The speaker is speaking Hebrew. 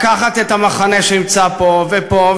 לקחת את המחנה שנמצא פה ופה,